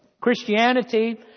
Christianity